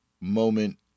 moment